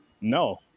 No